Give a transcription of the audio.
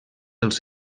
els